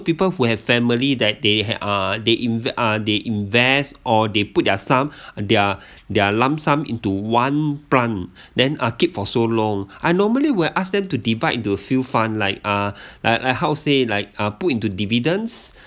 people who have family that they hav~ uh they uh they invest or they put their sum their their lump sum into one plan then ah keep for so long I normally would ask them to divide into a few fund like uh like like how say like uh put into dividends